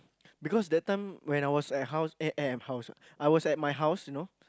because that time when I was at house eh at house I was at my house you know